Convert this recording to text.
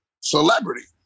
celebrity